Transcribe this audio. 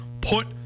put